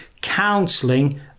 counselling